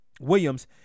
Williams